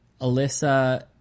Alyssa